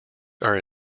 are